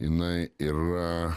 jinai yra